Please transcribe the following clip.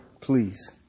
please